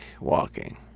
walking